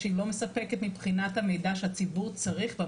שהיא לא מספקת מבחינת המידע שהציבור צריך.